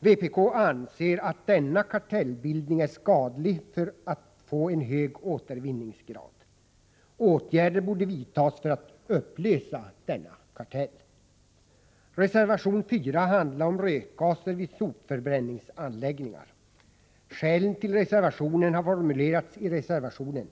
Vpk anser att denna kartellbildning är skadlig med tanke på återvinningsgraden. Åtgärder borde vidtas för att upplösa kartellen. Reservation 4 handlar om rökgaser vid sopförbränningsanläggningar. I reservationen återfinns skälen till densamma.